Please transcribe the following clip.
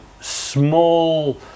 small